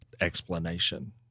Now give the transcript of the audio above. explanation